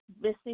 missing